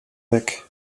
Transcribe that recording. weg